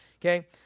okay